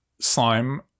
slime